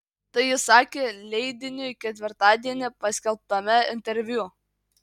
tai jis sakė leidiniui ketvirtadienį paskelbtame interviu